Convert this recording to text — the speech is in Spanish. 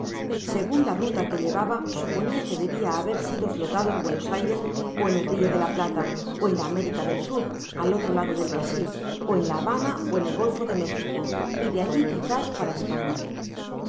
segun la ruta que llevaba suponia que debia haber sido flotado en buenos aires ó en el rio de la plata en la américa delsud al otro lado del brasil ó en la habana en el golfo de mójico y de alli quizás para españa sin